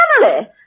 family